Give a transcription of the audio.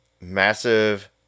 massive